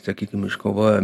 sakykim iškovojo